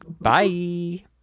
bye